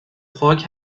خاک